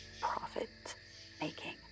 profit-making